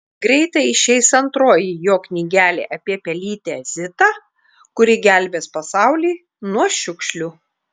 greitai išeis antroji jo knygelė apie pelytę zitą kuri gelbės pasaulį nuo šiukšlių